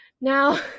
Now